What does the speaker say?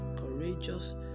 courageous